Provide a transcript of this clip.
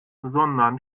sondern